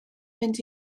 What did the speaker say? mynd